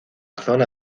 zona